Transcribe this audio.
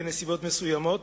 בנסיבות מסוימות,